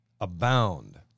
Abound